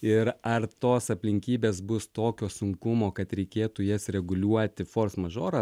ir ar tos aplinkybės bus tokio sunkumo kad reikėtų jas reguliuoti fors mažorą